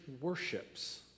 worships